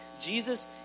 Jesus